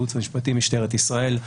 מהייעוץ המשפטי של משטרת ישראל.